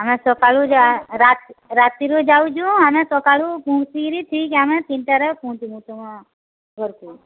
ଆମେ ସକାଳୁ ଯାଉ ରାତି ରାତିରୁ ଯାଉଛୁ ଆମେ ସକାଳୁ ପହଞ୍ଚି କିରି ଠିକ୍ ଆମେ ତିନିଟାରେ ପହଞ୍ଚିବୁ ତୁମ ଘରକୁ